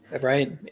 right